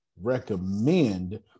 recommend